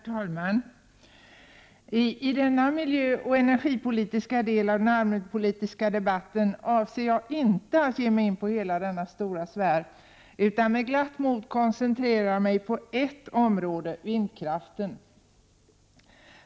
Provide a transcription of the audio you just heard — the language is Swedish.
Herr talman! I denna miljöoch energipolitiska del av den allmänpolitiska debatten avser jag inte att ge mig in på hela denna stora sfär utan med glatt mod koncentrera mig på ett område: vindkraften.